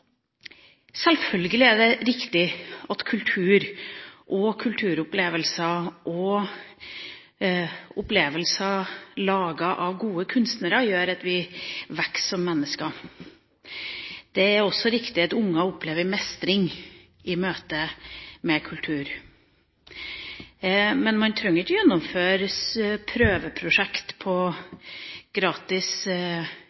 Selvfølgelig er det riktig at kultur, kulturopplevelser og opplevelser laget av gode kunstnere gjør at vi vokser som mennesker. Det er også riktig at unger opplever mestring i møte med kultur. Men man trenger ikke å gjennomføre